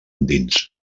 endins